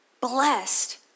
blessed